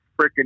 freaking